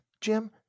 Jim